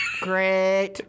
Great